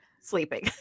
sleeping